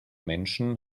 menschen